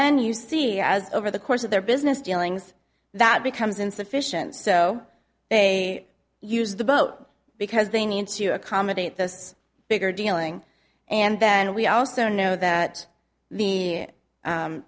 then you see as over the course of their business dealings that becomes insufficient so they use the boat because they need to accommodate those bigger dealing and then we also know that the